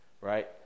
right